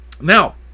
Now